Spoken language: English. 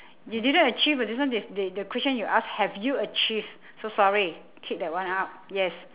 you didn't achieve [what] this one is they the question you ask have you achieved so sorry kick that one out yes